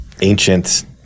ancient